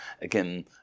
again